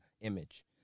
image